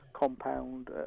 Compound